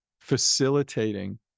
facilitating